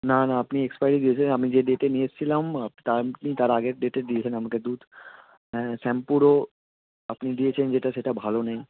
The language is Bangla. না না আপনি এক্সপায়ারি দিয়েছিলেন আমি যে ডেটে নিয়ে এসেছিলাম আপনি তা আপনি তার আগের ডেটের দিয়েছেন আমাকে দুধ হ্যাঁ শ্যাম্পুরও আপনি দিয়েছেন যেটা সেটা ভালো নেই